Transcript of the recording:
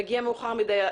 מגיע מאוחר מדי,